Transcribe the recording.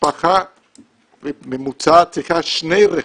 משפחה ממוצעת צריכה שני רכבים,